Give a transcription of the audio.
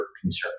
concerns